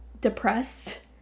depressed